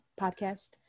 podcast